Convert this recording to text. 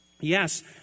Yes